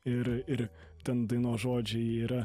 ir ir ten dainos žodžiai yra